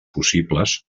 possibles